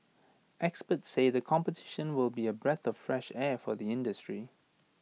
experts said the competition will be A breath the fresh air for the industry